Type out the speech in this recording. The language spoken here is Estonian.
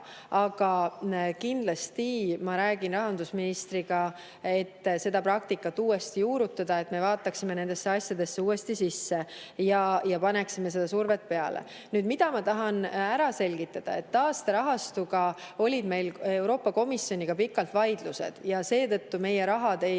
Aga kindlasti ma räägin rahandusministriga, et seda praktikat uuesti juurutada ja et me vaataksime nendesse asjadesse uuesti sisse ja paneksime survet peale. Nüüd, mida ma tahan ära selgitada? Taasterahastu üle olid meil Euroopa Komisjoniga pikalt vaidlused ja seetõttu meie raha ei